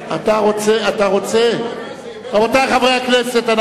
רבותי חברי הכנסת,